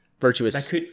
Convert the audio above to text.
Virtuous